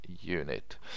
unit